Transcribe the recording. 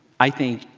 i think,